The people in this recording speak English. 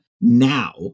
now